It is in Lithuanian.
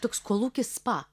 toks kolūkis spa